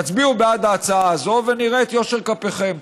תצביעו בעד ההצעה הזו ונראה את יושר כפיכם.